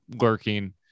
lurking